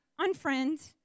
unfriend